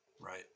Right